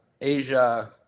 asia